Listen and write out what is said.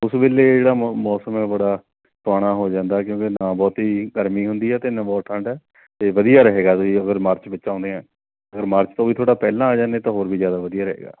ਉਸ ਵੇਲੇ ਜਿਹੜਾ ਮ ਮੌਸਮ ਹੈ ਬੜਾ ਸੁਹਾਵਣਾ ਹੋ ਜਾਂਦਾ ਕਿਉਂਕਿ ਨਾ ਬਹੁਤੀ ਗਰਮੀ ਹੁੰਦੀ ਹੈ ਅਤੇ ਨਾ ਬਹੁਤ ਠੰਡ ਅਤੇ ਵਧੀਆ ਰਹੇਗਾ ਤੁਸੀਂ ਅਗਰ ਮਾਰਚ ਵਿੱਚ ਆਉਂਦੇ ਆ ਅਗਰ ਮਾਰਚ ਤੋਂ ਵੀ ਥੋੜ੍ਹਾ ਪਹਿਲਾਂ ਆ ਜਾਂਦੇ ਤਾਂ ਹੋਰ ਵੀ ਜ਼ਿਆਦਾ ਵਧੀਆ ਰਹੇਗਾ